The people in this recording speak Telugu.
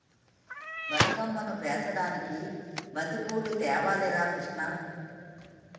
బతుకమ్మను పేర్చడానికి బంతిపూలు తేవాలి రా కిష్ణ